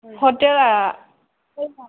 hotel